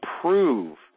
prove